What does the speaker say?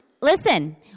listen